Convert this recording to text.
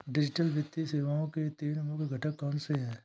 digital वित्तीय सेवाओं के तीन मुख्य घटक कौनसे हैं